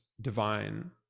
divine